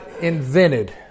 invented